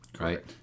right